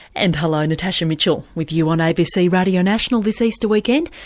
and hello natasha mitchell with you on abc radio national this easter weekend,